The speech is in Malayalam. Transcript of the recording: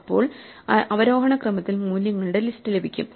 അപ്പോൾ അവരോഹണ ക്രമത്തിൽ മൂല്യങ്ങളുടെ ലിസ്റ്റ് ലഭിക്കും